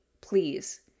please